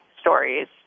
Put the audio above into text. stories